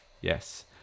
Yes